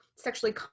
sexually